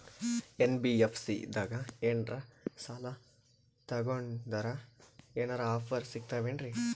NBFC ದಾಗ ಏನ್ರ ಸಾಲ ತೊಗೊಂಡ್ನಂದರ ಏನರ ಆಫರ್ ಸಿಗ್ತಾವೇನ್ರಿ?